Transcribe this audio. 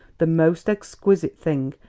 the most exquisite thing,